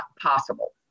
possible